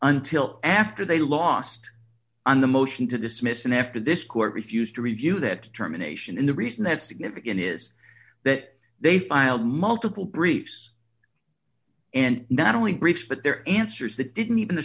until after they lost on the motion to dismiss and after this court refused to review that determination in the reason that's significant is that they filed multiple briefs and not only brief but their answers that didn't even